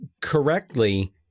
correctly